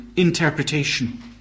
interpretation